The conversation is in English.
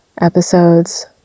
episodes